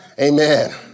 Amen